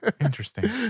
Interesting